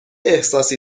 احساسی